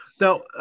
Now